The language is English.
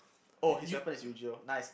oh his weapon is Eugeo nice